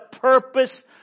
purpose